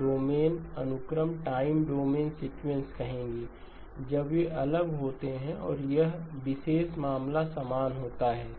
domain अनुक्रमटाइम domain sequence कहेंगे जब वे अलग होते हैं और यह विशेष मामला समान होता है